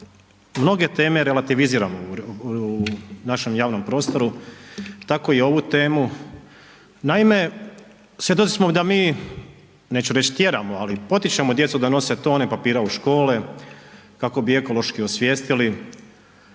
mnoge teme relativiziramo u našem javnom prostoru. Tako i ovu temu. Naime, svjedoci smo da mi, neću reći tjeramo, ali potičemo djecu da nose tone papira u škole kako bi ekološki osvijestili,